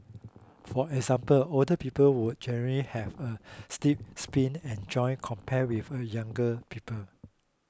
for example older people would generally have a stiff spine and joints compared for younger people